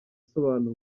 asobanura